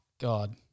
God